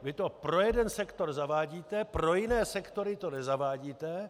Vy to pro jeden sektor zavádíte, pro jiné sektory to nezavádíte.